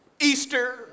Easter